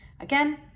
Again